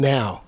Now